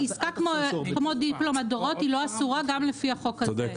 עסקה כמו דיפלומט דורות היא לא אסורה גם לפי החוק הזה.